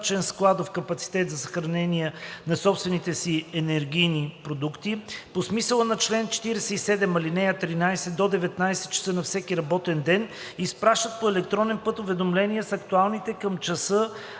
складов капацитет за съхранение на собствените си енергийни продукти по смисъла на чл. 47, ал. 13 до 19.00 ч, на всеки работен ден изпращат по електронен път уведомление с актуални към часа